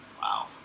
Wow